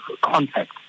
contact